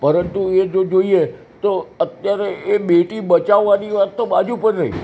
પરંતુ એ જો જોઈએ તો અત્યારે એ બેટી બચાવવાની વાત તો બાજું પર રહી